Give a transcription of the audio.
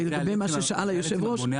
יש סיבה למה עושים מונה